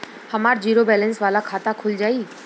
हमार zero balance वाला खाता खुल जाई?